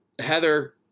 Heather